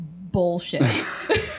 bullshit